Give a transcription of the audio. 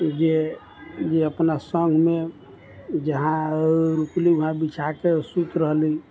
जे जे अपना सङ्गमे जहाँ रुकली वहाँ बिछाके सुति रहलै